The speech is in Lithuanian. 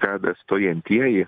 kad stojantieji